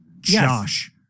Josh